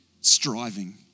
striving